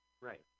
Right